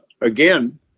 again